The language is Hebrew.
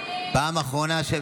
אריה מכלוף דרעי,